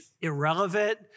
irrelevant